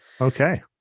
Okay